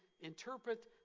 interpret